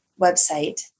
website